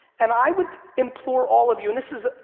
and i would implore all of you, and this is,